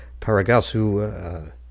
Paragasu